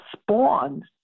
spawned